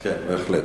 כן, בהחלט.